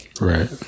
Right